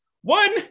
One